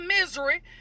misery